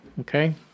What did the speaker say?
Okay